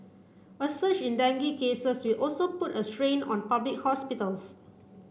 a surge in dengue cases will also put a strain on public hospitals